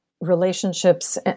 relationships